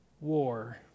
war